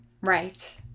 Right